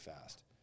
fast